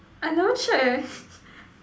I never check eh